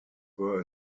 were